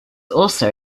also